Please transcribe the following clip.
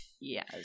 Yes